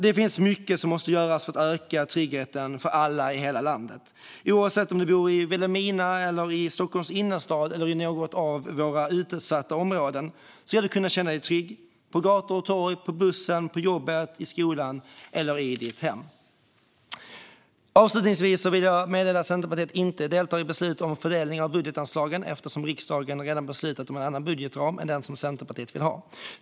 Det finns mycket som måste göras för att öka tryggheten för alla i hela landet. Oavsett om du bor i Vilhelmina, i Stockholms innerstad eller i något av våra utsatta områden ska du kunna känna dig trygg på gator och torg, på bussen, på jobbet eller i skolan och i ditt hem. Avslutningsvis vill jag meddela att Centerpartiet inte deltar i beslutet om fördelning av budgetanslagen eftersom riksdagen redan har beslutat om en annan budgetram än den som vi i Centerpartiet vill ha.